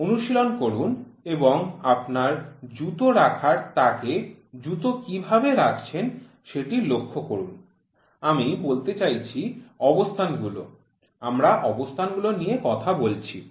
আর একটি অনুশীলন করুন এবং আপনার জুতা রাখার তাকে জুতা কিভাবে রাখছেন সেটি লক্ষ্য করুন আমি বলতে চাইছি অবস্থানগুলো আমরা অবস্থানগুলো নিয়ে কথা বলছি